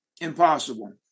impossible